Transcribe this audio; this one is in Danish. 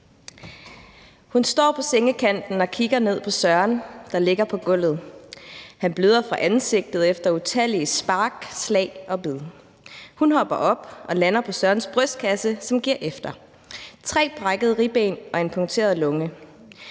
Hun står på sengekanten og kigger ned på Søren, der ligger på gulvet. Han bløder fra ansigtet efter utallige spark, slag og bid. Hun hopper op og lander på Sørens brystkasse, som giver efter: tre brækkede ribben og en punkteret lunge.